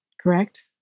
correct